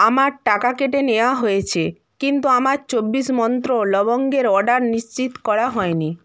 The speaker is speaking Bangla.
আমার টাকা কেটে নেওয়া হয়েছে কিন্তু আমার চব্বিশ মন্ত্র লবঙ্গের অর্ডার নিশ্চিত করা হয়নি